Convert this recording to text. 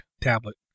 tablet